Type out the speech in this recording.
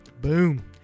Boom